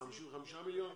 55 מיליון?